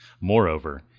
Moreover